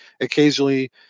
Occasionally